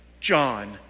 John